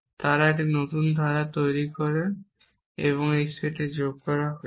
তারা একটি নতুন ধারা তৈরি এবং এই সেট যোগ করা হয়েছে